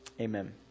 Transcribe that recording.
Amen